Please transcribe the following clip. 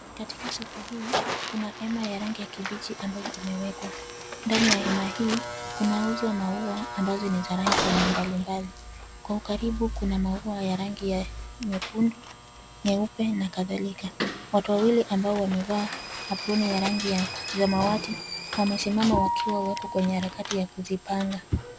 Katika soko hii, kuna hema ya rangi ya kibichi ambayo imeekwa. Ndani ya hema hii, kunauzwa maua ambazo ni za rangi aina mbalimbali. Kwa ukaribu kuna maua ya rangi nyekundu, nyeupe na kadhalika. Watu wawili ambao wamevaa aproni ya rangi ya samawati wamesimama wakiwa katika harakati ya kuzipanga.